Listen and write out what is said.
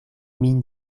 min